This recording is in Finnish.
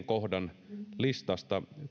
kohdan listasta